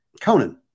Conan